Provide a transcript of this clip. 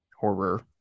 horror